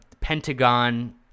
pentagon